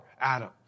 Adam